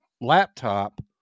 laptop